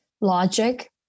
logic